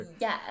yes